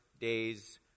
days